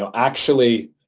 so actually,